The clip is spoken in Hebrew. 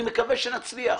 אני מקווה שנצליח,